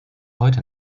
heute